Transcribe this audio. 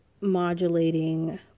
modulating